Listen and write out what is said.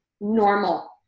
normal